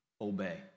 obey